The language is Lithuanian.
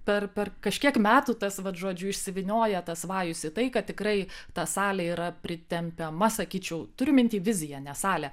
per per kažkiek metų tas vat žodžių išsivynioja tas vajus į tai kad tikrai ta salė yra pritempiama sakyčiau turiu minty viziją ne salę